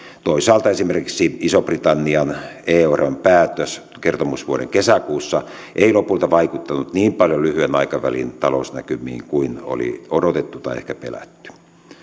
toisaalta esimerkiksi ison britannian eu eropäätös kertomusvuoden kesäkuussa ei lopulta vaikuttanut niin paljon lyhyen aikavälin talousnäkymiin kuin oli odotettu tai ehkä pelätty